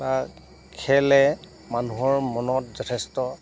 বা খেলে মানুহৰ মনত যথেষ্ট